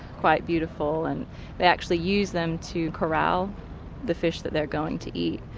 quite beautiful, and they actually use them to corral the fish that they're going to eat,